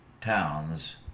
towns